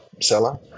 seller